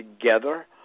together